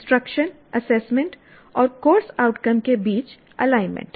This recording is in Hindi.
इंस्ट्रक्शन एसेसमेंट और कोर्स आउटकम के बीच एलाइनमेंट